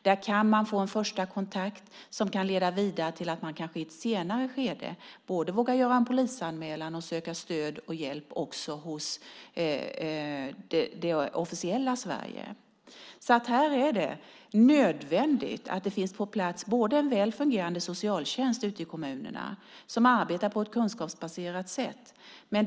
Där kan man få en första kontakt som kan leda vidare till att man i ett senare skede kanske både vågar göra en polisanmälan och söka stöd och hjälp också hos det officiella Sverige. Det är nödvändigt med en väl fungerande socialtjänst som arbetar på ett kunskapsbaserat sätt ute i kommunerna.